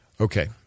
Okay